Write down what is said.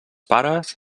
pares